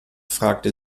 fragte